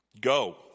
Go